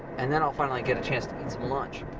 and then i'll finally get a chance to eat some lunch.